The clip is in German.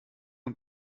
und